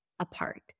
apart